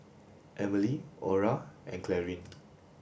Emelie Orra and Clarine